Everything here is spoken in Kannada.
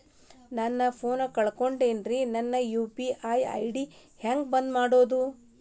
ನನ್ನ ಫೋನ್ ಕಳಕೊಂಡೆನ್ರೇ ನನ್ ಯು.ಪಿ.ಐ ಐ.ಡಿ ಹೆಂಗ್ ಬಂದ್ ಮಾಡ್ಸೋದು?